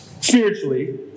spiritually